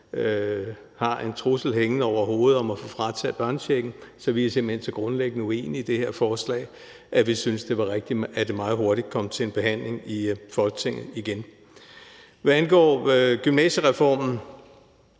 har en trussel hængende over hovedet om at få frataget børnechecken. Vi er simpelt hen så grundlæggende uenige i det her forslag, at vi syntes, det var rigtigt, at det meget hurtigt kom til en behandling i Folketinget igen. Hvad angår gymnasiereformen,